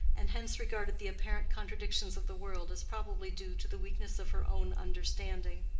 and hence regarded the apparent contradictions of the world as probably due to the weakness of her own understanding.